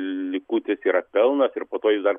likutis yra pelnas ir po to jis dar